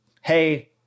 hey